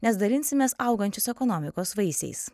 nes dalinsimės augančios ekonomikos vaisiais